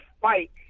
fight